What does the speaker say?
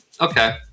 Okay